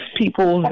people